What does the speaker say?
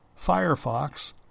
Firefox